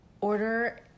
order